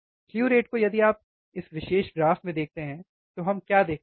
slew rate को यदि आप इस विशेष ग्राफ में देखते हैं तो हम क्या देखते हैं